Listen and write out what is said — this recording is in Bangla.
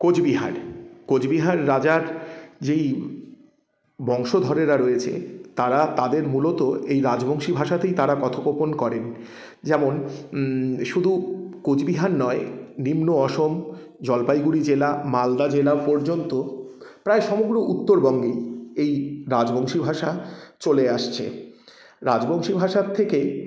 কোচবিহার কোচবিহার রাজার যেই বংশধরেরা রয়েছে তারা তাদের মূলত এই রাজবংশী ভাষাতেই তারা কথোপকথন করেন যেমন শুধু কোচবিহার নয় নিম্ন অসম জলপাইগুড়ি জেলা মালদা জেলা পর্যন্ত প্রায় সমগ্র উত্তরবঙ্গেই এই রাজবংশী ভাষা চলে আসছে রাজবংশী ভাষার থেকে